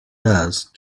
dust